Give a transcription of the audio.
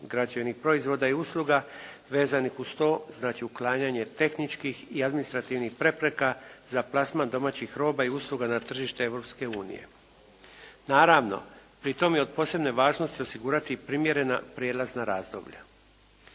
građevnih proizvoda i usluga vezanih uz to, znači uklanjanje tehničkih i administrativnih prepreka za plasman domaćih roba i usluga na tržište Europske unije. Naravno, pri tome je od posebne važnosti osigurati primjerena prijelazna razdoblja.